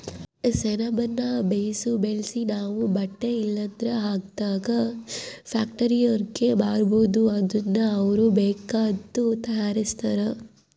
ಸೆಣಬುನ್ನ ಬೇಸು ಬೆಳ್ಸಿ ನಾವು ಬಟ್ಟೆ ಇಲ್ಲಂದ್ರ ಹಗ್ಗದ ಫ್ಯಾಕ್ಟರಿಯೋರ್ಗೆ ಮಾರ್ಬೋದು ಅದುನ್ನ ಅವ್ರು ಬೇಕಾದ್ದು ತಯಾರಿಸ್ತಾರ